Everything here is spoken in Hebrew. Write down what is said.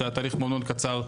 אולי היה מאוד קצר.